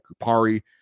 Kupari